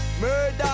Murder